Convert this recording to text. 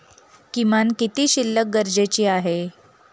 किमान किती शिल्लक गरजेची आहे?